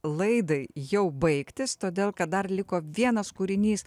laidai jau baigtis todėl kad dar liko vienas kūrinys